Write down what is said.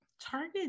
target